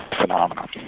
phenomenon